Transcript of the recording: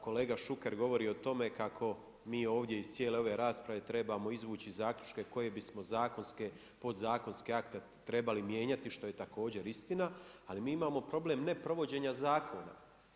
Kolega Šuker govori o tome kako mi ovdje iz cijele ove rasprave trebamo izvući zaključke koje bismo zakonske, podzakonske akte trebali mijenjati što je također istina, ali mi imamo problem ne provođenja zakona.